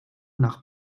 nach